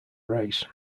race